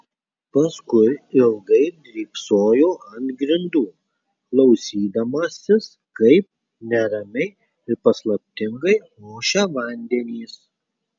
paskui ilgai drybsojo ant grindų klausydamasis kaip neramiai ir paslaptingai ošia vandenys